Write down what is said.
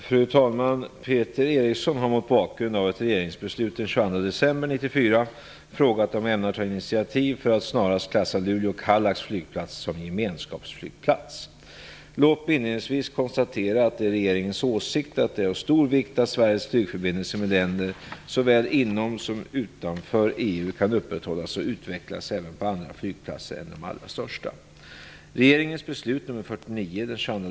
Fru talman! Peter Eriksson har mot bakgrund av ett regeringsbeslut den 22 december 1994 frågat om jag ämnar ta initiativ för att snarast klassa Luleå Låt mig inledningsvis konstatera att det är regeringens åsikt att det är av stor vikt att Sveriges flygförbindelser med länder såväl inom som utanför EU kan upprätthållas och utvecklas även på andra flygplatser än de allra största.